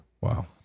Wow